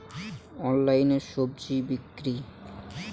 অনলাইনে স্বজি বিক্রি?